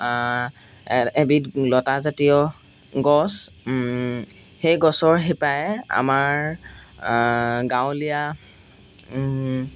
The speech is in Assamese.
এবিধ লতাজাতীয় গছ সেই গছৰ শিপাই আমাৰ গাঁৱলীয়া